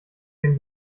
den